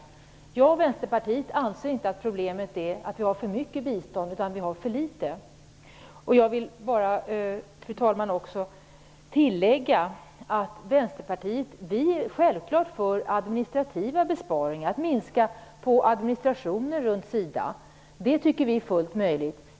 Jag och Vänsterpartiet anser inte att problemet är att vi har för mycket bistånd, utan vi har för litet. Jag vill bara, fru talman, också tillägga att vi i Vänsterpartiet självklart är för administrativa besparingar, att minska administrationen runt SIDA. De tycker vi är fullt möjligt.